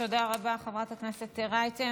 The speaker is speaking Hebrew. תודה רבה, חברת הכנסת רייטן.